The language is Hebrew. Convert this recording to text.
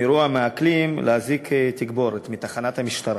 מיהרו המעקלים להזעיק תגבורת מתחנת המשטרה.